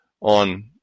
on